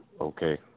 Okay